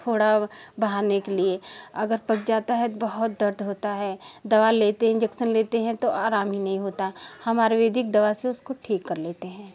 फोड़ा बहाने के लिए अगर पक जाता है बहुत दर्द होता है दवा लेते इंजेक्शन लेते हैं तो आराम ही नहीं होता हम आयुरवेदिक दवा से उसको ठीक कर लेते हैं